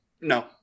No